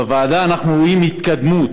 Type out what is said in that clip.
בוועדה אנחנו רואים התקדמות,